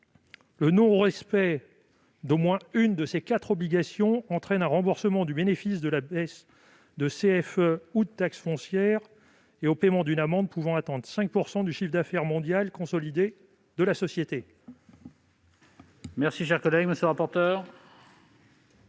Le non-respect d'au moins une de ces quatre obligations entraînerait un remboursement du bénéfice de la baisse de CFE ou de taxe foncière et au paiement d'une amende pouvant atteindre 5 % du chiffre d'affaires mondial consolidé de la société.